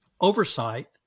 oversight